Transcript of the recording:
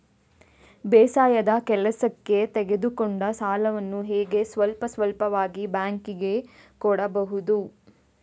ಬೇಸಾಯದ ಕೆಲಸಕ್ಕೆ ತೆಗೆದುಕೊಂಡ ಸಾಲವನ್ನು ಹೇಗೆ ಸ್ವಲ್ಪ ಸ್ವಲ್ಪವಾಗಿ ಬ್ಯಾಂಕ್ ಗೆ ಕೊಡಬಹುದು?